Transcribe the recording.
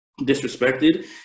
disrespected